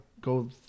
go